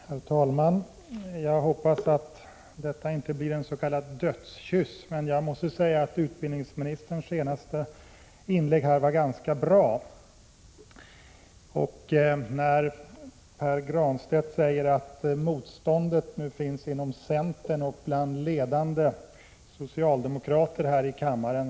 Herr talman! Jag hoppas att detta inte blir en s.k. dödskyss, men jag måste säga att utbildningsministerns senaste inlägg var ganska bra. Pär Granstedt säger att motståndet nu finns inom centern och: bland ledande socialdemokrater här i kammaren.